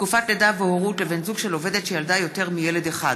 תקופת לידה והורות לבן זוג של יולדת שילדה יותר מילד אחד).